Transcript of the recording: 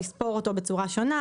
לספור אותו בצורה שונה,